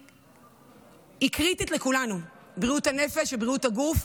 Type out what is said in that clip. היא קריטית לכולנו, בריאות הנפש ובריאות הגוף.